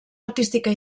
artística